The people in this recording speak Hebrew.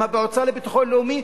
עם המועצה לביטחון לאומי,